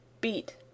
Beat